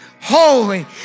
holy